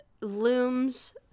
looms